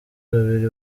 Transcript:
babiri